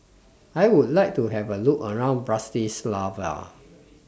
I Would like to Have A Look around Bratislava